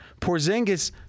Porzingis